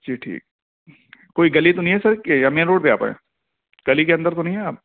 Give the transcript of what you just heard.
جی ٹھیک کوئی گلی تو نہیں ہے سر کہ یا مین روڈ پہ آپ ہیں گلی کے اندر تو نہیں ہیں آپ